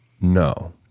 No